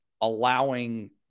allowing